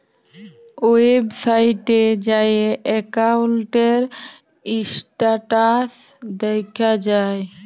ওয়েবসাইটে যাঁয়ে একাউল্টের ইস্ট্যাটাস দ্যাখা যায়